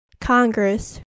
Congress